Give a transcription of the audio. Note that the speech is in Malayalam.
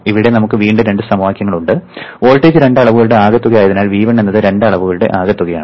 ഇവിടെ നമുക്ക് വീണ്ടും രണ്ട് സമവാക്യങ്ങളുണ്ട് വോൾട്ടേജ് രണ്ട് അളവുകളുടെ ആകെത്തുക ആയതിനാൽ V1 എന്നത് രണ്ട് അളവുകളുടെ ആകെത്തുകയാണ്